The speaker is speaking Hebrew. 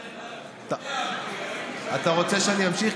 אתה רוצה שאני אמשיך?